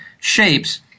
shapes